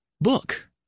Book